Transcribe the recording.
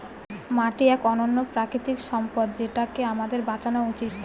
মাটি এক অনন্য প্রাকৃতিক সম্পদ যেটাকে আমাদের বাঁচানো উচিত